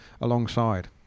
alongside